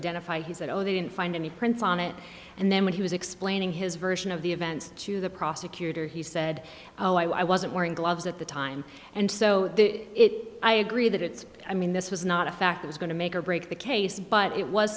identify he said oh they didn't find any prints on it and then when he was explaining his version of the event to the prosecutor he said oh i wasn't wearing gloves at the time and so i agree that it's i mean this was not a fact that is going to make or break the case but it was